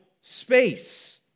space